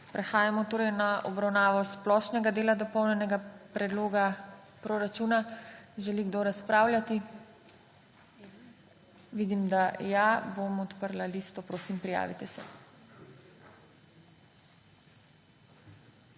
Prehajamo na obravnavo Splošnega dela dopolnjenega predloga proračuna. Želi kdo razpravljati? Vidim, da ja. Bom odprla listo. Prosim prijavite se.